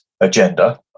agenda